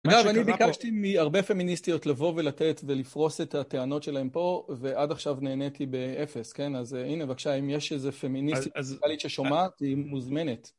אגב, אני ביקשתי מהרבה פמיניסטיות לבוא ולתת ולפרוס את הטענות שלהם פה, ועד עכשיו נעניתי ב-0, כן? אז הנה, בבקשה, אם יש איזה פמיניסטית ישראלית ששומעת, היא מוזמנת.